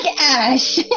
Ash